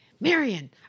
Marion